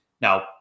Now